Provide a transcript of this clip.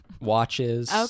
watches